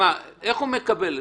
איך הוא מקבל?